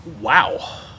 Wow